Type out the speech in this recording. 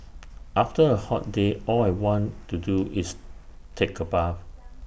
after A hot day all I want to do is take A bath